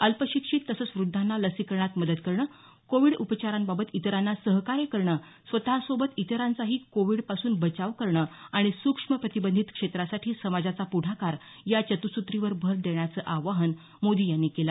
अल्पशिक्षित तसंच वृद्धांना लसीकरणात मदत करणं कोविड उपचारांबाबत इतरांना सहकार्य करणं स्वतसोबत इतरांचाही कोविडपासून बचाव करणं आणि सुक्ष्म प्रतिबंधित क्षेत्रासाठी समाजाचा प्ढाकार या चतुसुत्रीवर भर देण्याचं आवाहन मोदी यांनी केलं